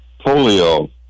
Polio